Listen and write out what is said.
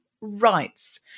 rights